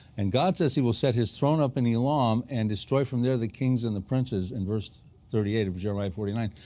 and god says he will set his throne up in elam and destroy from there the kings and the princes in verse thirty eight of jeremiah forty nine.